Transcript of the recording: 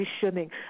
positioning